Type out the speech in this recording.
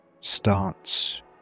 starts